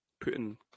Putting